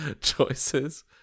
choices